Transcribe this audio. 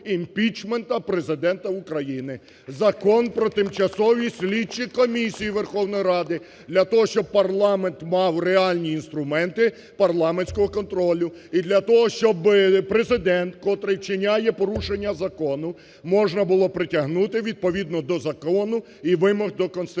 імпічменту Президента України, закон про тимчасові слідчі комісії Верховної Ради. Для того, щоб парламент мав реальні інструменти парламентського контролю. І для того, щоб Президент, котрий вчиняє порушення закону, можна було притягнути відповідно до закону і вимог до Конституції.